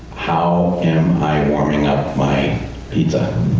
how am i um warming up my pizza?